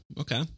Okay